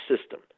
system